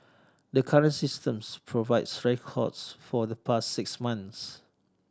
the current systems provides records for the past six months